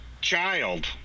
child